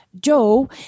Joe